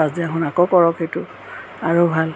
পাছদিনাখন আকৌ কৰক এইটো আৰু ভাল